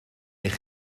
eich